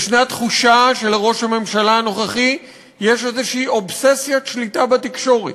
יש תחושה שלראש הממשלה הנוכחי יש איזו אובססיית שליטה בתקשורת.